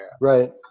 Right